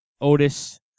Otis